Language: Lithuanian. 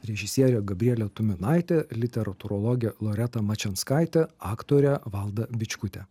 režisierė gabrielė tuminaitė literatūrologė loreta mačianskaitė aktorė valda bičkutė